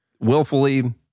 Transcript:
willfully